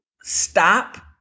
stop